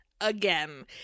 Again